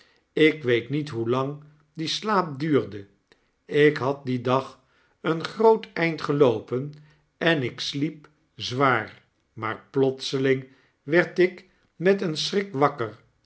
ik weet niet hoelang die slaap duurde ik had dien dag een groot eind geloopen en ik sliep zwaar maar plotseling werd ik met een schrik wakker